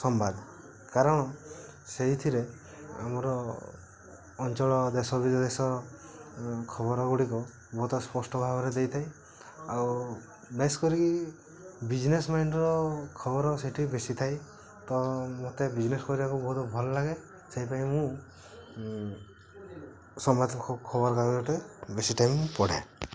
ସମ୍ବାଦ କାରଣ ସେହିଥିରେ ଆମର ଅଞ୍ଚଳ ଦେଶ ବିଦେଶ ଖବରଗୁଡ଼ିକ ବହୁତ ସ୍ପଷ୍ଟ ଭାବରେ ଦେଇଥାଏ ଆଉ ବେଶ କରିକି ବିଜିନେସ୍ ମାଇଣ୍ଡର ଖବର ସେଠି ବେଶୀ ଥାଏ ତ ମତେ ବିଜିନେସ୍ କରିବାକୁ ବହୁତ ଭଲ ଲାଗେ ସେହିପାଇଁ ମୁଁ ସମ୍ବାଦ ଖବର କାଗଜଟେ ବେଶୀ ଟାଇମ୍ ପଢ଼େ